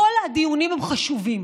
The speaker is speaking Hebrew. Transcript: כל הדיונים הם חשובים.